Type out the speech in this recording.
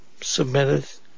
submitted